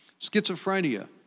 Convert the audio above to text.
schizophrenia